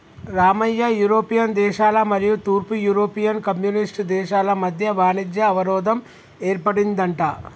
Ramayya European దేశాల మరియు తూర్పు యూరోపియన్ కమ్యూనిస్ట్ దేశాల మధ్య వాణిజ్య అవరోధం ఏర్పడిందంట